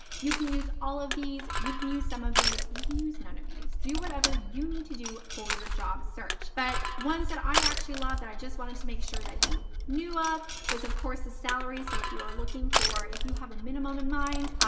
you can use all of these. you can use some of these. you can use none of these, do whatever you need to do for your job search, but ones that i actually loved that i just wanted to make sure that you knew of was of course the salary. so if you're looking for, if you have a minimum in mind.